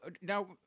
now